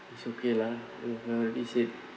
it's okay lah ya already said